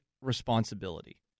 responsibility